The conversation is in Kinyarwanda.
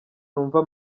numva